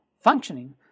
functioning